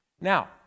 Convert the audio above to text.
Now